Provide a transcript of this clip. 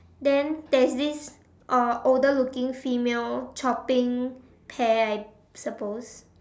then there is this uh older looking female chopping pear I suppose